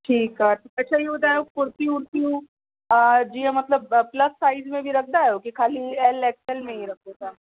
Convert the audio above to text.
ठीकु आहे अच्छा इहो ॿुधायो कुर्तियूं वुर्तियूं हा जीअं मतिलबु प्लस साइज़ में बि रखंदा आहियो कि खाली एल एक्सल में ई रखो था